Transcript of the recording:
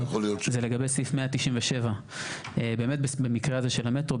זה לגבי סעיף 197. באמת במקרה הזה של המטרו,